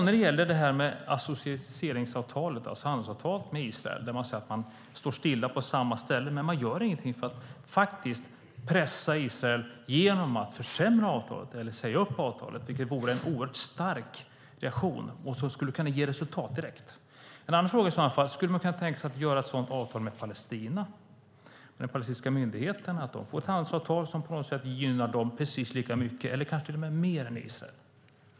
När det gäller associeringsavtalet, alltså handelsavtalet med Israel, är det samma sak. Man står stilla på samma ställe men gör ingenting för att faktiskt pressa Israel genom att försämra avtalet eller säga upp avtalet, vilket vore en oerhört stark reaktion och något som skulle kunna ge resultat direkt. En annan fråga är: Skulle man kunna tänka sig att göra ett sådant avtal med den palestinska myndigheten, att de får ett handelsavtal som på något sätt gynnar dem precis lika mycket eller kanske till och med mer än Israel?